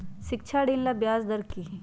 शिक्षा ऋण ला ब्याज दर कि हई?